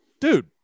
dude